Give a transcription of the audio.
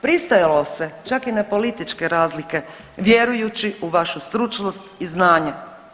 Pristajalo se čak i na političke razlike vjerujući u vašu stručnost i znanje.